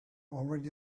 already